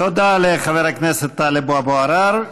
תודה לחבר הכנסת טלב אבו עראר.